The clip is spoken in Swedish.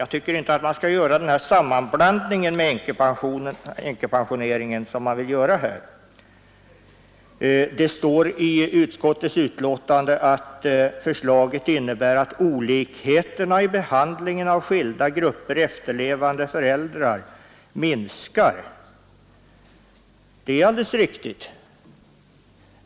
Jag tycker inte att man skall göra denna sammanblandning med änkepensioneringen som utskottet vill göra. I utskottets betänkande står: ”Förslaget innebär att olikheterna i behandlingen av skilda grupper efterlevande föräldrar minskar ———.” Det är alldeles riktigt.